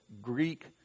Greek